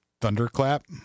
thunderclap